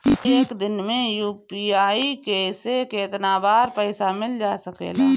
एक दिन में यू.पी.आई से केतना बार पइसा भेजल जा सकेला?